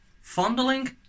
Fondling